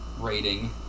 rating